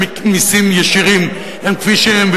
מסים ישירים הם כפי שהם,